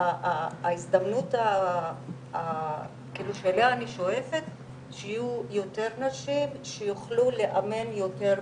ההזדמנות כאילו שאליה אני שואפת שיהיו יותר נשים שיוכלו לאמן יותר בנות.